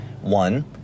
One